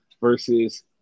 versus